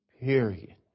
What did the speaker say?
Period